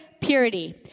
purity